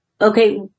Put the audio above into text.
Okay